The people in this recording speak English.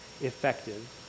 effective